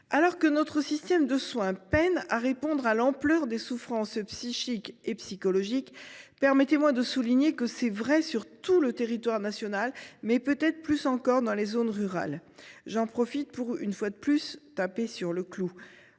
Alors que notre système de soins peine à répondre à l’ampleur des souffrances psychiques et psychologiques, permettez moi de souligner que c’est vrai sur tout le territoire national, mais plus encore dans les zones rurales. J’en profite pour, une fois de plus, enfoncer le clou